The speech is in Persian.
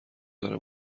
داره